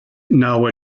now